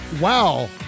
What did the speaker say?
Wow